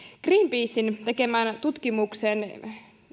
greenpeacen tekemän tutkimuksen